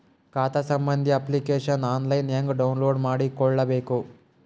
ಖಾತಾ ಸಂಬಂಧಿ application online ಹೆಂಗ್ ಡೌನ್ಲೋಡ್ ಮಾಡಿಕೊಳ್ಳಬೇಕು?